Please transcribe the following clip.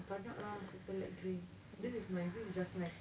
tak nak lah super light gray this is nice this is just nice